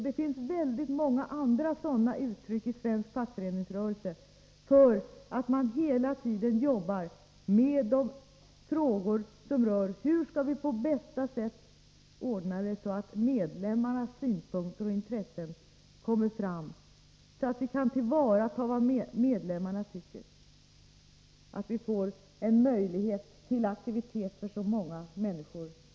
Det finns i svensk fackföreningsrörelse många andra sådana uttryck för att man hela tiden jobbar med de frågor som rör hur vi på bästa sätt skall ordna att medlemmarnas synpunkter och intressen kommer fram, så att vi kan tillvarata vad medlemmarna tycker och skapa förutsättningar för aktivitet hos så många människor som möjligt.